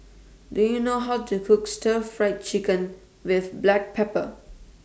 Do YOU know How to Cook Stir Fried Chicken with Black Pepper